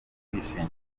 ubwishingizi